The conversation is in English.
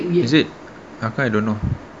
is it how come I don't know